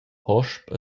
hosp